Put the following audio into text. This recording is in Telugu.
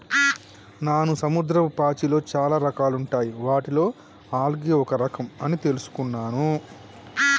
నాను సముద్రపు పాచిలో చాలా రకాలుంటాయి వాటిలో ఆల్గే ఒక రఖం అని తెలుసుకున్నాను